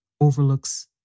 overlooks